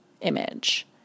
image